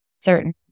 certain